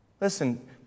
Listen